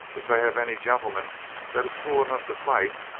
if they have any gentleman that is fool enough to fight,